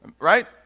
Right